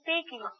speaking